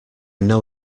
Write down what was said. know